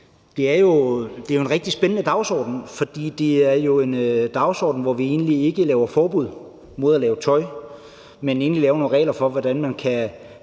det jo er en rigtig spændende dagsorden, fordi det er en dagsorden, hvor vi egentlig ikke laver forbud mod at producere tøj, men i det her tilfælde laver nogle regler for, hvordan man kan